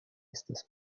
estas